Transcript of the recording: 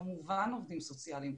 כמובן עובדים סוציאליים.